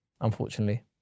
unfortunately